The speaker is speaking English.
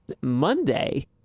monday